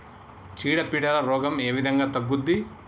చీడ పీడల రోగం ఏ విధంగా తగ్గుద్ది?